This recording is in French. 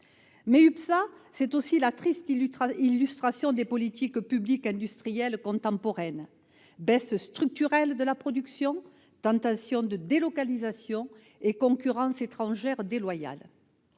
Mais UPSA, c'est aussi la triste illustration des politiques publiques industrielles contemporaines : baisse structurelle de la production, tentation de délocalisation et concurrence étrangère déloyale.